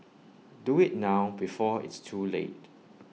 do IT now before it's too late